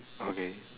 okay